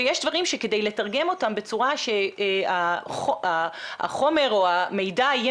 ויש דברים שכדי לתרגם אותם בצורה שהחומר או המידע יהיה